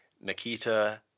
Nikita